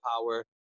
power